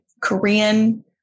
Korean